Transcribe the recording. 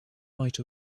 might